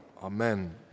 Amen